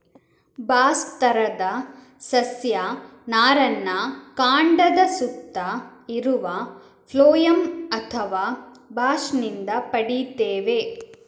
bast ತರದ ಸಸ್ಯ ನಾರನ್ನ ಕಾಂಡದ ಸುತ್ತ ಇರುವ ಫ್ಲೋಯಂ ಅಥವಾ ಬಾಸ್ಟ್ ನಿಂದ ಪಡೀತೇವೆ